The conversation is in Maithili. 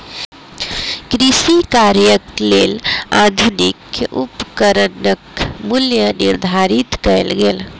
कृषि कार्यक लेल आधुनिक उपकरणक मूल्य निर्धारित कयल गेल